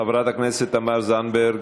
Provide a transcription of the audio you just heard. חברת הכנסת תמר זנדברג.